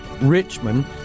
Richmond